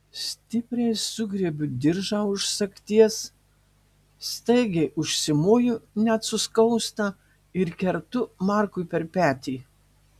stipriai sugriebiu diržą už sagties staigiai užsimoju net suskausta ir kertu markui per petį